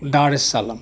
দাৰেচালাম